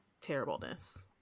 terribleness